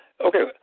okay